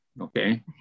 okay